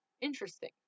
Interesting